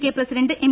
K president M